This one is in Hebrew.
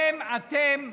אתכם: